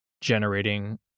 generating